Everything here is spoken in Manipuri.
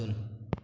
ꯑꯕꯗꯨꯜ